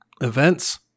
events